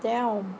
damn